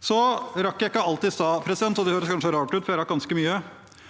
Så rakk jeg ikke alt i stad – og det høres kanskje rart ut, for jeg rakk ganske mye